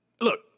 look